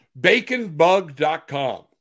baconbug.com